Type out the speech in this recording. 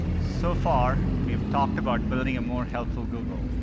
so far, we've talked about building a more helpful google.